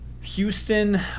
Houston